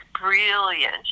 brilliant